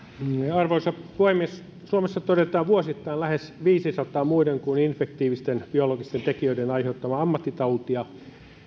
arvoisa puhemies suomessa todetaan vuosittain lähes viidensadan muiden kuin infektiivisten biologisten tekijöiden aiheuttamaa ammattitautiepäilyä